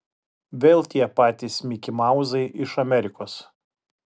vėl tie patys mikimauzai iš amerikos